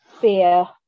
fear